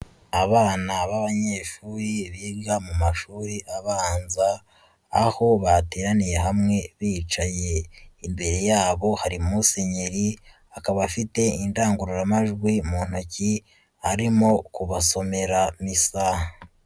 Abana b'abanyeshuri biga mu mashuri abanza, aho bateraniye hamwe bicaye, imbere yabo hari musenyeri, akaba afite indangururamajwi mu ntoki, arimo kubasomera misa.